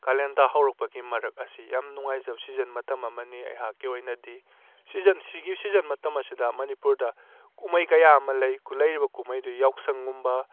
ꯀꯥꯂꯦꯟ ꯊꯥ ꯍꯧꯔꯛꯄꯒꯤ ꯃꯔꯛ ꯑꯁꯤ ꯌꯥꯝꯅ ꯅꯨꯡꯉꯥꯏꯖꯕ ꯁꯤꯖꯟ ꯃꯇꯝ ꯑꯃꯅꯤ ꯑꯩꯍꯥꯛꯀꯤ ꯑꯣꯏꯅꯗꯤ ꯁꯤꯖꯟ ꯁꯤꯒꯤ ꯁꯤꯖꯟ ꯃꯇꯝ ꯑꯁꯤꯗ ꯃꯅꯤꯄꯨꯔꯗ ꯀꯨꯝꯍꯩ ꯀꯌꯥ ꯑꯃ ꯂꯩ ꯂꯩꯔꯤꯕ ꯀꯨꯝꯍꯩꯗꯨ ꯌꯥꯎꯁꯪꯒꯨꯝꯕ